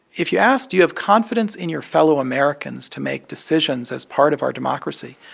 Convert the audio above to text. if you ask do you have confidence in your fellow americans to make decisions as part of our democracy?